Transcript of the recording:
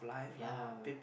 yea